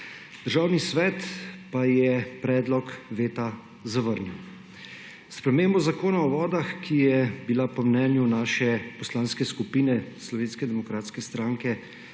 Državni svet pa je predlog veta zavrnil. S spremembo Zakona o vodah, ki je bila po mnenju naše poslanske skupine, Slovenske demokratske stranke,